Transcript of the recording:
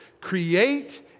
Create